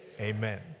Amen